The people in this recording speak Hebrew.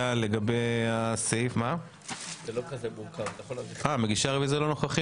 לא אכפת לכם?